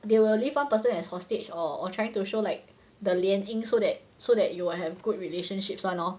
they will leave one person as hostage or or trying to show like the 联姻 so that so that you will have good relationships [one] lor